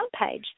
homepage